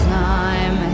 time